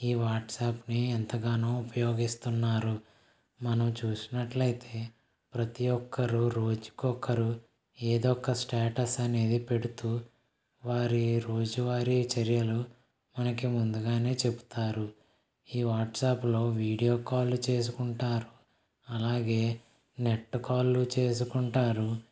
ఈ వాట్సాప్ని ఎంతగానో ఉపయోగిస్తున్నారు మనం చూసినట్లయితే ప్రతి ఒక్కరూ రోజుకొకరు ఏదో ఒక స్టేటస్ అనేది పెడుతూ వారి రోజువారి చర్యలు మనకి ముందుగానే చెబుతారు ఈ వాట్సాప్లో వీడియోకాల్ చేసుకుంటారు అలాగే నెట్కాల్ చేసుకుంటారు